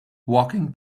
walking